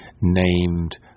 named